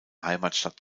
heimatstadt